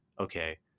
Okay